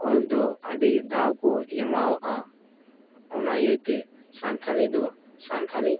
ᱚᱞ ᱫᱚ ᱟᱹᱰᱤ ᱫᱟᱣ ᱠᱚ ᱮᱢᱟᱣᱟᱫᱼᱟ ᱚᱱᱟ ᱤᱭᱟᱹ ᱛᱮ ᱥᱟᱱᱛᱟᱲᱤ ᱫᱚ ᱥᱟᱱᱛᱟᱲᱤ